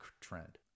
trend